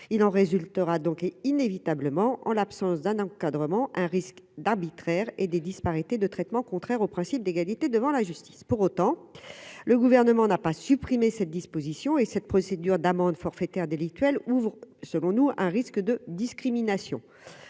il en résultera donc inévitablement en l'absence d'un encadrement un risque d'arbitraire et des disparités de traitement, contraire au principe d'égalité devant la justice pour autant le gouvernement n'a pas supprimé cette disposition, et cette procédure d'amende forfaitaire délictuelle ouvre, selon nous, un risque de discrimination